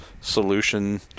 solution